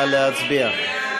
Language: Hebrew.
נא להצביע.